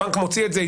הבנק מוציא את זה ,